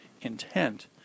intent